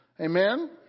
Amen